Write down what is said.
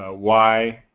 ah why,